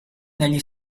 negli